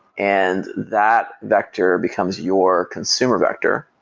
and that vector becomes your consumer vector.